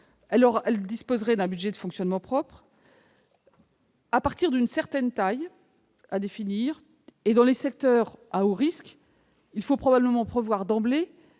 Elle disposerait d'un budget de fonctionnement propre. À partir d'une certaine taille, à définir, et dans les secteurs à haut risque, il faut probablement prévoir d'emblée